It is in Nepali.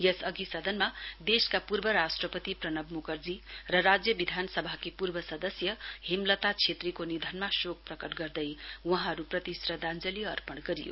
यसअघि सदनमा देशका पूर्व राष्ट्रपति प्रणव मुखर्जी र राज्य विधानसभाकी पूर्व सदस्य हेमलता छेत्रीको निधनमा शोक प्रकट गर्दै वहाँहरूप्रति श्रद्धाञ्जली अर्पण गरियो